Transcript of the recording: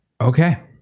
Okay